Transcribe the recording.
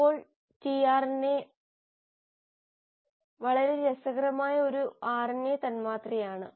ഇപ്പോൾ tRNA വളരെ രസകരമായ ഒരു RNA തന്മാത്രയാണ്